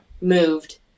moved